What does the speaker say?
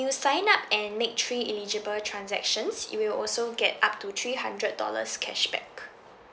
you sign up and make three eligible transactions you will also get up to three hundred dollars cashback